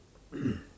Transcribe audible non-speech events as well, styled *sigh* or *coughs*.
*coughs*